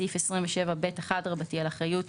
סעיף 27ב1 רבתי נוגע לאחריות